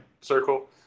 circle